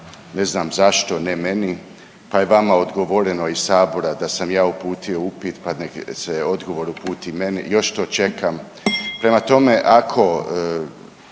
ne znam zašto, ne meni, pa je vama odgovoreno iz Sabora da sam ja uputio upit pa nek se odgovor uputi meni. Još to čekam. Prema tome, ako